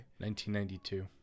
1992